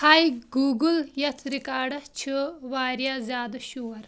ہاے Google یتھ records چھُ واریاہ زیادٕ شور